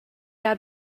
had